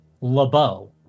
LeBeau